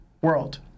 world